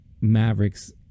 Maverick's